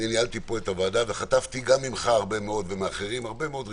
ניהלתי פה בוועדה וחטפתי גם ממך ומאחרים הרבה מאוד ריקושטים,